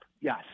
Yes